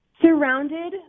surrounded